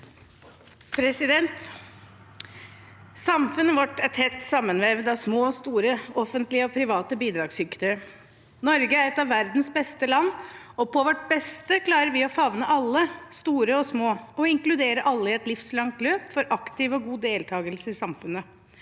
Samfunnet vårt er tett sammenvevd av små og store, offentlige og private bidragsytere. Norge er et av verdens beste land, og på vårt beste klarer vi å favne alle, store og små, og inkludere alle i et livslangt løp for aktiv og god deltagelse i